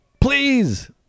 please